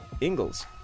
ingles